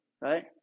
Right